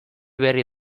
berri